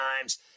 times